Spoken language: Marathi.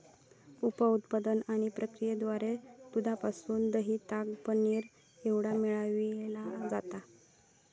उप उत्पादन आणि प्रक्रियेद्वारा दुधापासून दह्य, ताक, पनीर एवढा मिळविला जाता